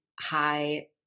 high